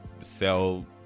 sell